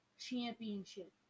Championship